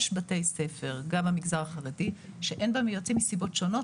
יש בתי ספר גם במגזר החרדי שאין בהם יועצים מסיבות שונות,